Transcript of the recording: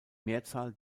mehrzahl